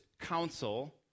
council